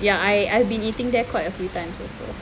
ya I I've been eating there quite a few times also